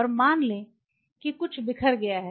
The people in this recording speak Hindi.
और मान लें कि कुछ बिखर गया है